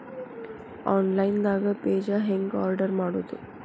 Online ದಾಗ ಬೇಜಾ ಹೆಂಗ್ ಆರ್ಡರ್ ಮಾಡೋದು?